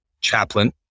chaplain